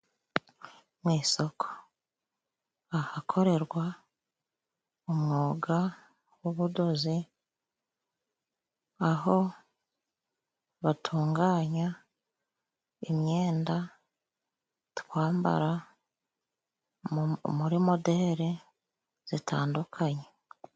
Mu isoko ahakorerwa umwuga w'ubudozi, aho batunganya imyenda twambara muri moderi zitandukanye.